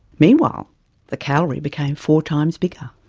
meanwhile the calorie became four times bigger,